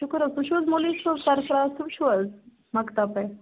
شُکُر حظ تُہۍ چھُو حظ مولوی صٲب سرفراز صٲب چھُو حظ مَکتب پٮ۪ٹھ